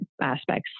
aspects